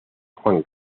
juan